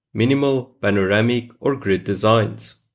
minimal, panoramic or grid designs.